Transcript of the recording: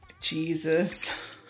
Jesus